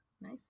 Nice